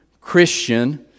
Christian